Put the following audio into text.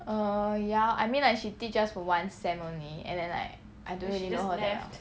err yeow I mean like she teach us for one sem only and then like I don't really know her that well